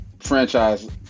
franchise